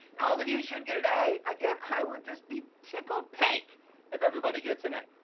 all of you should get an a, again, i would just be tickled pink if everybody gets an a